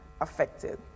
affected